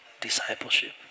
discipleship